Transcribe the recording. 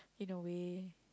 in a way